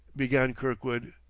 began kirkwood.